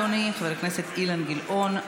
אדוני חבר הכנסת אילן גילאון,